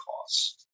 costs